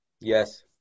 Yes